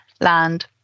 land